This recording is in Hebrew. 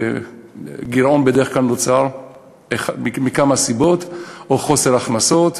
גירעון בדרך כלל נוצר מכמה סיבות, או חוסר הכנסות,